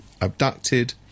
abducted